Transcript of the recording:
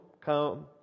come